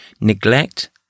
Neglect